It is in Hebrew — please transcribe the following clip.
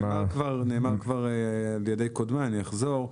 נאמר כבר על ידי קודמיי, אני אחזור.